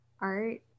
art